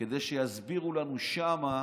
כדי שיסבירו לנו שם,